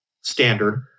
standard